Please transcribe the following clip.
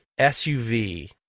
SUV